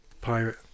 pirate